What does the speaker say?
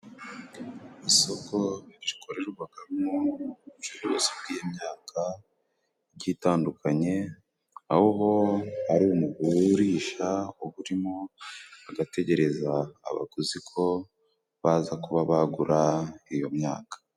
Isoko rikorerwamo ubucuruzi bw' imyaka igiye itandukanye, aho ari umugurisha uba urimo agategereza abaguzi ko baza kuba bagura iyo myaka.